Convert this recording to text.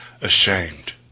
ashamed